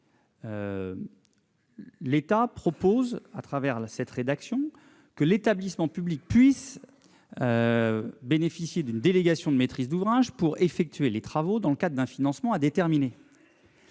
l'État propose, au travers de cette rédaction, que l'établissement public puisse bénéficier d'une délégation de maîtrise d'ouvrage afin d'effectuer les travaux dans le cadre d'un financement à déterminer.